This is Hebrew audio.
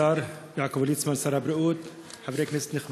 השואל הוא חבר הכנסת ד"ר עבדאללה אבו מערוף.